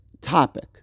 topic